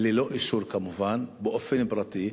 ללא אישור, כמובן, באופן פרטי.